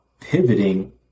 pivoting